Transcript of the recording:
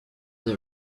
the